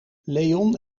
leon